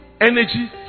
energy